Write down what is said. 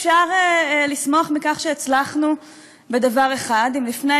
כבר אפשר לשמוח על כך שהצלחנו בדבר אחד: אם לפני